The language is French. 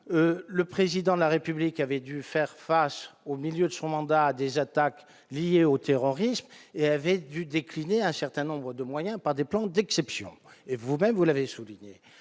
le président de la République avait dû faire face au milieu de son mandat à des attaques liées au terrorisme et avait dû décliner un certain nombre de moyens par des plans d'exception et vous-même, vous l'avez souligné,